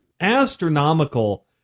astronomical